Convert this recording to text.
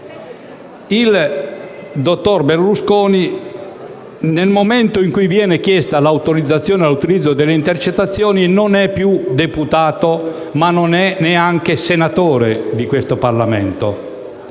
Il dottor Berlusconi, nel momento in cui viene chiesta l'autorizzazione all'utilizzo delle intercettazioni, non è più deputato, ma non è neanche senatore di questo Parlamento